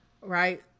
right